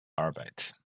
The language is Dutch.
arbeid